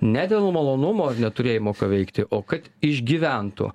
ne dėl malonumo ar neturėjimo ką veikti o kad išgyventų